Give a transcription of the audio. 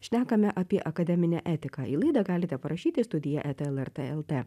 šnekame apie akademinę etiką į laidą galite parašyti studija eta lrt lt